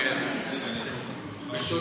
בשעון